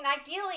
ideally